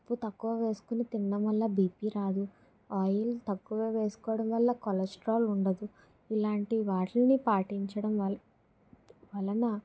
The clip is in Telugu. ఉప్పు తక్కువ వేసుకొని తినడం వల్ల బీపీ రాదు ఆయిల్ తక్కువ వేసుకోవడం వల్ల కొలెస్ట్రాల్ ఉండదు ఇలాంటి వాటిని పాటించడం వల్ల వలన